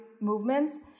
movements